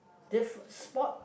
diff~ spot